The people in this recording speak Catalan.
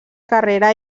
carrera